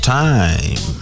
time